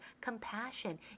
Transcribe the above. compassion